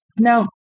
No